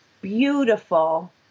beautiful